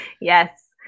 Yes